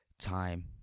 time